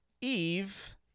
Eve